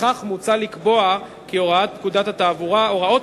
לפיכך מוצע לקבוע כי הוראות פקודת התעבורה,